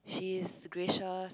she's gracious